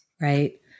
right